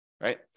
right